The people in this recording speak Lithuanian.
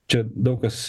čia daug kas